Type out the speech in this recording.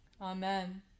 Amen